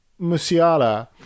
Musiala